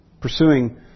Pursuing